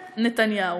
נתניהו.